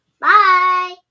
bye